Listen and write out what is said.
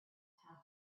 half